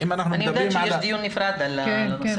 אני יודעת שיש דיון נפרד על הנושא הזה.